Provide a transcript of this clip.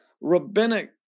rabbinic